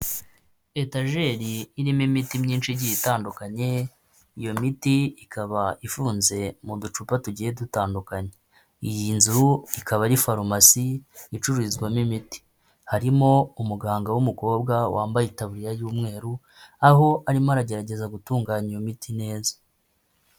Etajeri irimo imiti myinshi igiye itandukanye, iyo miti ikaba ifunze mu ducupa tugiye dutandukanye. Iyi nzu ikaba ari Farumasi icururizwamo imiti. Harimo umuganga w'umukobwa wambaye itaburiya y'umweru, aho arimo aragerageza gutunganya iyo miti neza.